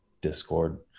Discord